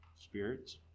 spirits